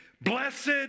Blessed